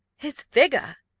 his figure!